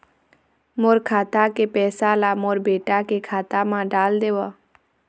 मोर खाता के पैसा ला मोर बेटा के खाता मा डाल देव?